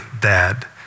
dad